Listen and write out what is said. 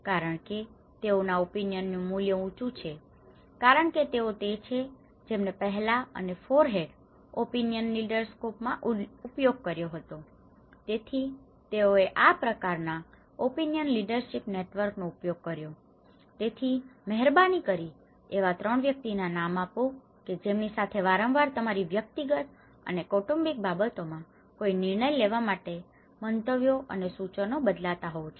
કારણ કે તેઓના ઓપિનિયન નું મૂલ્ય ઉંચુ છે કારણ કે તેઓ તે છે જેમને પહેલા અને ફોરહેડ ઓપિનિયન લીડર સ્કોર માં ઉપયોગ કર્યો હતો તેથી તેઓએ આ પ્રકાર ના ઓપિનિયન લીડરશીપ નેટવર્ક નો ઉપયોગ કર્યો છે તેથી મહેરબાની કરીને એવા 3 વ્યક્તિઓના નામ આપો કે જેમની સાથે તમે વારંવાર તમારી વ્યક્તિગત અને કૌટુંબિક બાબતોમાં કોઈ નિર્ણય લેવા માટે મંતવ્યો અને સૂચનો બદલતા હોવ છો